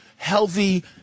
Healthy